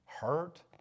hurt